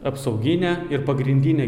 apsauginė ir pagrindinė